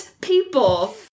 people